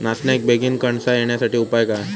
नाचण्याक बेगीन कणसा येण्यासाठी उपाय काय?